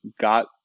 got